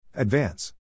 Advance